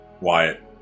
Wyatt